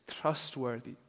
trustworthy